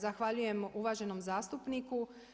Zahvaljujem uvaženom zastupniku.